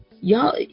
Y'all